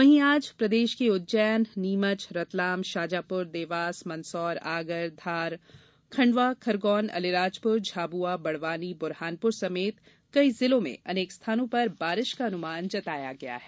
वहीं आज प्रदेश के उज्जैन नीमच रतलाम शाजापूर देवास मंदसौर आगर धार खंडवा खरगौन अलीराजपूर झाबुआ बडवानी बुरहानपुर समेत कई जिलों में अनेक स्थानों पर बारिश का अनुमान जताया है